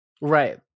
right